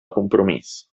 compromís